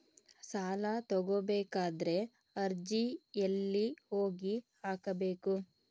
ಸಾಲ ತಗೋಬೇಕಾದ್ರೆ ಅರ್ಜಿ ಎಲ್ಲಿ ಹೋಗಿ ಹಾಕಬೇಕು?